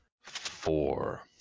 Four